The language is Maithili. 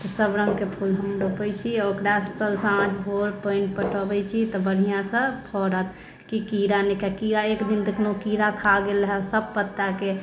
सब रङ्गके फूल हम रोपैत छी आओर ओकरा साँझ भोर पानि पटाबैत छी तब बढ़िआँसँ फरत की कीड़ा नहि खाय कीड़ा एक दिन कखनो कीड़ा खा गेल रहय सब पत्ताके